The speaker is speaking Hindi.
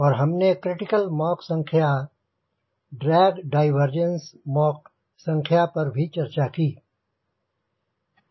और हमने क्रिटिकल मॉक संख्या ड्रैग डाइवर्जंस मॉक संख्या पर चर्चा की